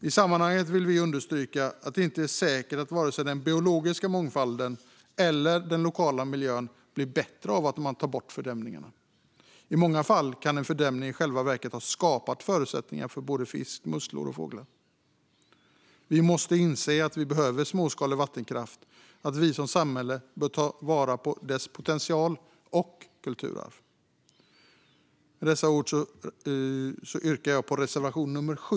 I sammanhanget vill vi understryka att det inte är säkert att vare sig den biologiska mångfalden eller den lokala miljön blir bättre av att man tar bort fördämningar. I många fall kan en fördämning i själva verket ha skapat förutsättningar för både fisk, musslor och fåglar. Vi måste inse att vi behöver småskalig vattenkraft och att vi som samhälle bör ta vara på dess potential och kulturarv. Med dessa ord yrkar jag bifall till reservation nummer 7.